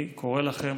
אני קורא לכם,